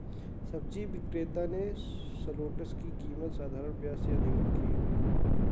सब्जी विक्रेता ने शलोट्स की कीमत साधारण प्याज से अधिक रखी है